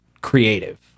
creative